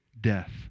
death